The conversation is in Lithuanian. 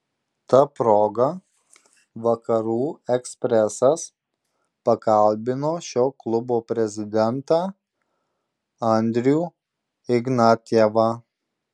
ta proga vakarų ekspresas pakalbino šio klubo prezidentą andrių ignatjevą